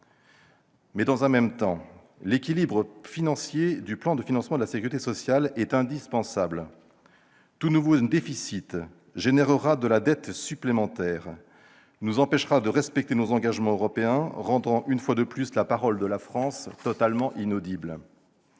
dans le même temps, d'assurer l'équilibre financier du projet de loi de financement de la sécurité sociale. Tout nouveau déficit générera de la dette supplémentaire et nous empêchera de respecter nos engagements européens, rendant, une fois de plus, la parole de la France totalement inaudible.